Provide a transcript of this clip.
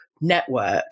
network